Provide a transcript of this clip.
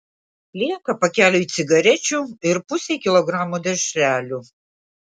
lieka pakeliui cigarečių ir pusei kilogramo dešrelių